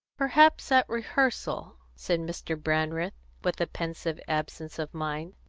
perhaps at rehearsal, said mr. brandreth, with a pensive absence of mind.